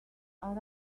are